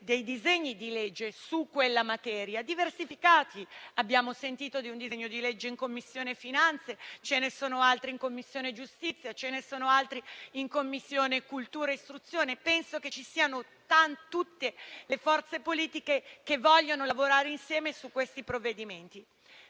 dei disegni di legge su quella materia, diversificati: abbiamo sentito di un disegno di legge in Commissione finanze, ce ne sono altri in Commissione giustizia e in Commissione cultura e istruzione; penso che tutte le forze politiche vogliano lavorare insieme su questi provvedimenti.